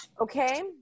Okay